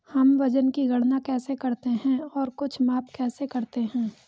हम वजन की गणना कैसे करते हैं और कुछ माप कैसे करते हैं?